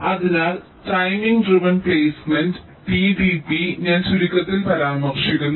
അതിനാൽ timing driven placement TDP ഞാൻ ചുരുക്കത്തിൽ പരാമർശിക്കുന്നു